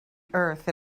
earth